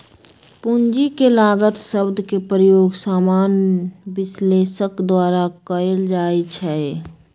पूंजी के लागत शब्द के प्रयोग सामान्य विश्लेषक द्वारा कएल जाइ छइ